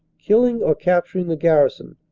killing or capturing the garrison,